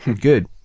Good